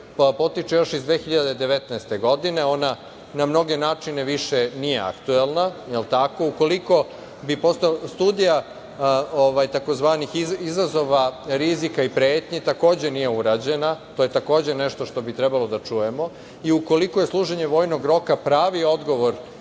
potiče još iz 2019. godine, ona na mnoge načine više nije aktuelna, jel tako. Studija tzv. izazova, rizika i pretnji takođe nije urađena, to je takođe nešto što bi trebalo da čujemo i ukoliko je služenje vojnog roka pravi odgovor